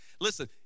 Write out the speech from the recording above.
listen